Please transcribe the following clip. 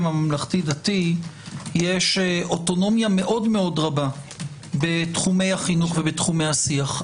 הממלכתי דתי יש אוטונומיה מאוד רבה בתחומי החינוך והשיח,